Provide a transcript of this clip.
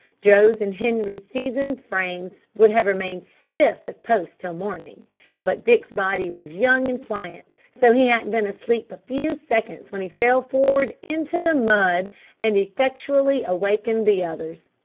joe's and henri's seasoned frames would have remained stiff as posts till morning but dick's body was young and pliant, so he hadn't been asleep a few seconds when he fell forward into the mud and effectually awakened the others.